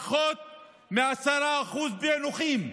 פחות מ-10% פענוחים,